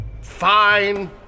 Fine